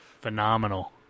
Phenomenal